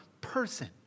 person